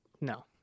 No